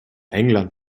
england